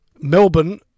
Melbourne